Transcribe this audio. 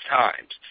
times